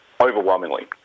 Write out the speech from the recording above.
overwhelmingly